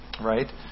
right